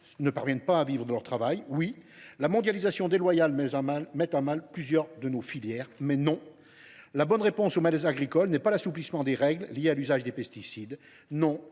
ne parviennent pas à vivre de leur travail ; oui, la mondialisation déloyale fragilise plusieurs de nos filières ; mais non, la bonne réponse au malaise agricole n’est pas l’assouplissement des règles encadrant l’usage des pesticides, non